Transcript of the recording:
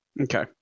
Okay